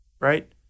right